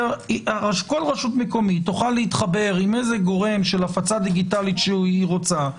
כל רשות מקומית תוכל להתחבר עם איזה גורם של הפצה דיגיטלית שהיא רוצה,